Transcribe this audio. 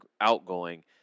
outgoing